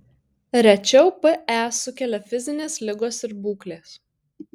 rečiau pe sukelia fizinės ligos ir būklės